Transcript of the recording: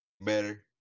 better